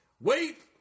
Wait